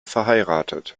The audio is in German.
verheiratet